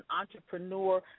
Entrepreneur